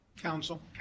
Counsel